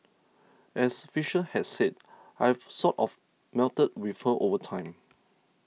as Fisher had said I've sort of melded with her over time